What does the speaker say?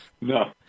No